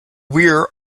weir